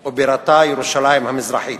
שבירתה ירושלים המזרחית.